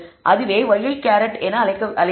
அதுவே ŷi என அழைக்கிறோம்